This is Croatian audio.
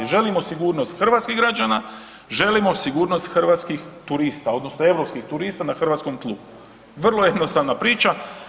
I želimo sigurnost hrvatskih građana, želimo sigurnost hrvatskih turista odnosno europskih turista na hrvatskom tlu, vrlo jednostavna priča.